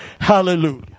hallelujah